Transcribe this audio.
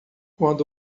quando